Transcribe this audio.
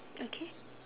okay